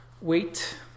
wait